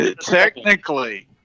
technically